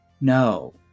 No